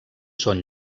són